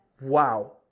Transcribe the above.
Wow